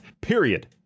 period